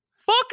Fuck